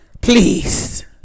please